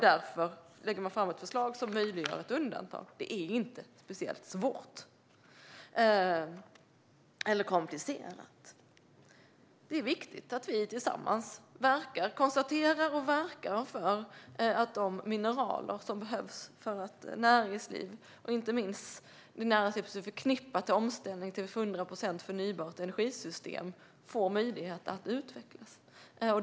Därför lägger man fram ett förslag som möjliggör ett undantag; detta är inte speciellt svårt eller komplicerat. Det är viktigt att vi tillsammans verkar för att de mineraler som behövs för att näringslivet och inte minst den näringslivsförknippade omställningen till ett 100 procent förnybart energisystem ska få möjlighet att utvecklas.